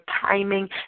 timing